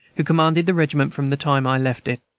who commanded the regiment from the time i left it.